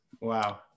Wow